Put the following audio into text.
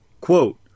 Quote